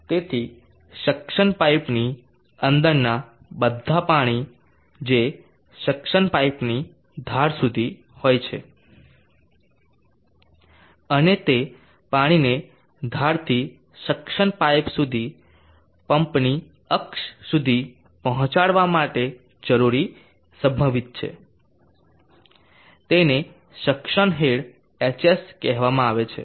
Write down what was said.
તેથી સક્શન પાઇપની અંદરના બધા પાણી જે સક્શન પાઇપની ધાર સુધી હોય છે અને તે પાણીને ધારથી સક્શન પાઇપ સુધી પંપની અક્ષ સુધી પહોંચાડવા માટે જરૂરી સંભવિત છે તેને સક્શન હેડ hs કહેવામાં આવે છે